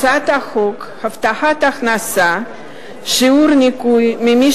הצעת חוק הבטחת הכנסה (שיעור ניכוי ממי